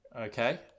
Okay